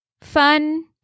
fun